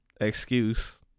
excuse